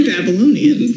Babylonian